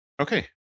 Okay